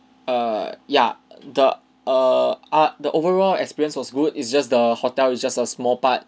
err ya the err uh the overall experience was good it's just the hotel is just a small part